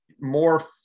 more